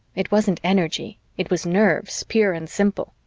it wasn't energy it was nerves, pure and simple.